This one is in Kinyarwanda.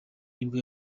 nibwo